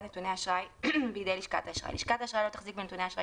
נתוני אשראי בידי לשכת האשראי 17. לשכת האשראי לא תחזיק בנתוני אשראי